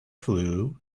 flue